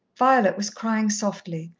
violet was crying softly,